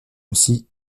aussi